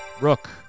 Rook